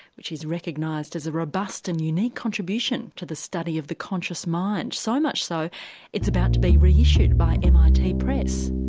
which is recognised as a robust and unique contribution to the study of the conscious mind, so much so it's about to be reissued by mit press.